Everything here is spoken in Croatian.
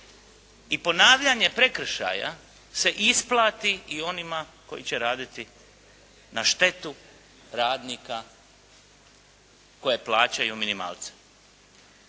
i ponavljanje prekršaja se isplati i onima koji će raditi na štetu radnika koje plaćaju minimalce.